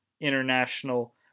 international